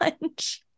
lunch